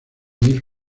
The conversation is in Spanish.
mil